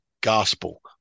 gospel